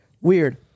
weird